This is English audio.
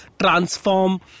Transform